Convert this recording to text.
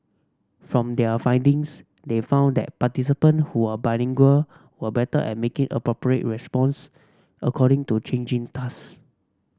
from their findings they found that participant who are bilingual were better at making appropriate response according to changing task